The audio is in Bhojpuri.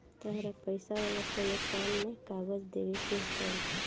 तहरा पैसा वाला कोनो काम में कागज देवेके के पड़ी